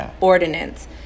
ordinance